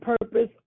purpose